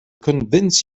convince